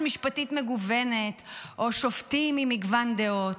משפטית מגוונת או שופטים עם מגוון דעות,